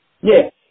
Yes